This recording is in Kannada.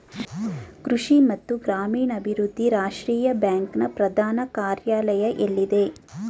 ಕೃಷಿ ಮತ್ತು ಗ್ರಾಮೀಣಾಭಿವೃದ್ಧಿ ರಾಷ್ಟ್ರೀಯ ಬ್ಯಾಂಕ್ ನ ಪ್ರಧಾನ ಕಾರ್ಯಾಲಯ ಎಲ್ಲಿದೆ?